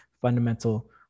fundamental